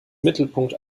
mittelpunkt